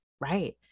Right